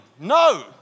No